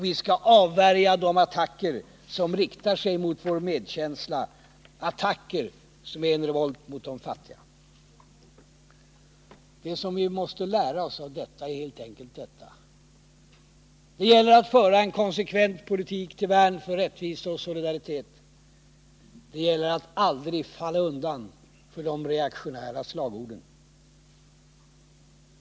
Vi skall avvärja de attacker som riktar sig mot vår medkänsla, attacker som är en revolt mot de fattiga. Det vi måste lära oss är helt enkelt detta: Det gäller att föra en konsekvent politik till värn för rättvisa och solidaritet. Det gäller att aldrig falla undan för de reaktionära slagorden.